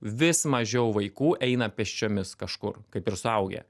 vis mažiau vaikų eina pėsčiomis kažkur kaip ir suaugę